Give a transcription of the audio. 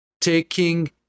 taking